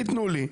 תתנו לי.